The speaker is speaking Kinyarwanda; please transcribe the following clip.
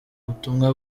butumwa